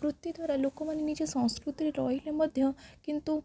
ବୃତ୍ତି ଦ୍ୱାରା ଲୋକମାନେ ନିଜ ସଂସ୍କୃତିରେ ରହିଲେ ମଧ୍ୟ କିନ୍ତୁ